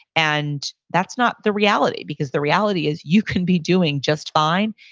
and that's not the reality. because the reality is, you can be doing just fine,